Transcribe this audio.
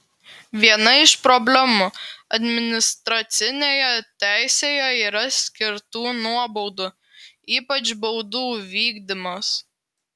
viena iš problemų administracinėje teisėje yra skirtų nuobaudų ypač baudų vykdymas